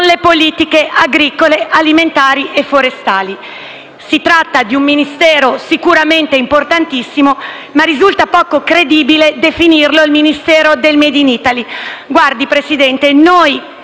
delle politiche agricole, alimentari e forestali: si tratta di un Ministero sicuramente importantissimo, ma risulta poco credibile definirlo il Ministero del *made in Italy*. Signor Presidente, noi